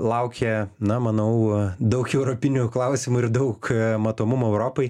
laukia na manau daug europinių klausimų ir daug matomumo europai